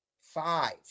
five